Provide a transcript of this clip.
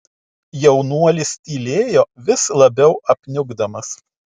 jaunuolis tylėjo vis labiau apniukdamas